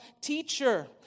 teacher